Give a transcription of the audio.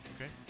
Okay